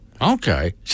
Okay